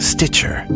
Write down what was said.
Stitcher